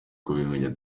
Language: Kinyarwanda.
kubimenya